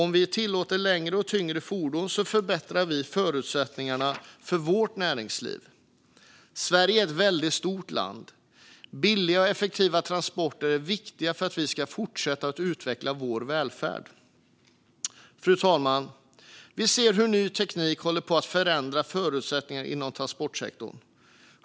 Om vi tillåter längre och tyngre fordon förbättrar vi förutsättningarna för vårt näringsliv. Sverige är ett väldigt stort land. Billiga och effektiva transporter är viktiga för att vi ska kunna fortsätta att utveckla vår välfärd. Fru talman! Vi ser hur ny teknik håller på att förändra förutsättningar inom transportsektorn.